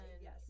yes